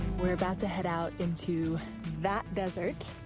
we're about to head out into that desert,